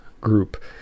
group